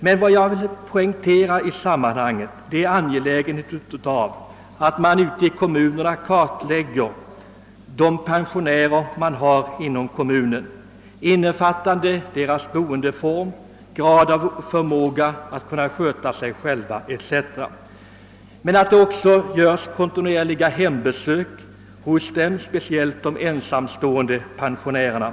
Men vad jag i sammanhanget vill poängtera är angelägenheten av att man i kommunerna kartlägger vilka pensionärer som finns inom kommunen, deras boendeform, grad av förmåga att kunna sköta sig själva etc. Kontinuerliga hembesök bör också göras, speciellt hos de ensamstående pensionärerna.